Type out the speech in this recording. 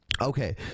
Okay